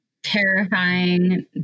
Terrifying